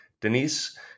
Denise